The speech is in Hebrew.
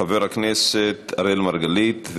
חבר הכנסת אראל מרגלית,